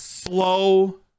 slow